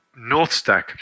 Northstack